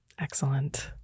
Excellent